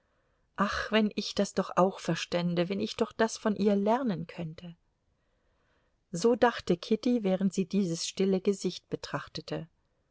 ach wenn ich das doch auch verstände wenn ich doch das von ihr lernen könnte so dachte kitty während sie dieses stille gesicht betrachtete